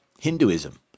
Hinduism